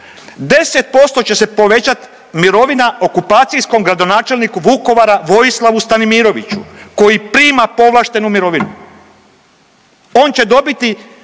10% će se povećati mirovina okupacijskom gradonačelniku Vukovara Vojislavu Stanimiroviću koji prima povlaštenu mirovinu. On će dobiti